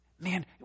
Man